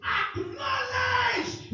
acknowledged